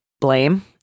blame